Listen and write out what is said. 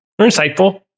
insightful